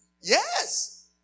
Yes